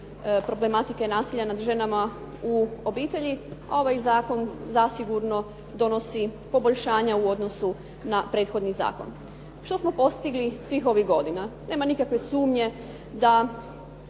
problematike nasilja nad ženama u obitelji, a ovaj zakon zasigurno donosi poboljšanja u odnosu na prethodni zakon. Što smo postigli svih ovih godina. Nema nikakve sumnje da